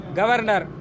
Governor